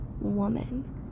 woman